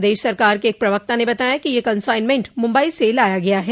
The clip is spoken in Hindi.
प्रदश सरकार के एक प्रवक्ता ने बताया कि यह कंसाइनमेंट मुंबई से लाया गया है